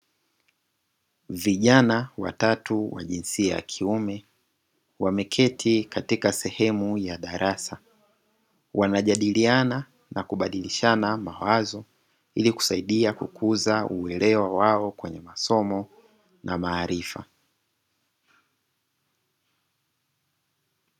Vijana watatu wa jinsia ya kiume wameketi katika sehemu ya darasa wanajadiliana na kubadilishana mawazo ili kusaidia kukuza uelewa wao kwenye masomo na maarifa.